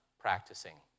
practicing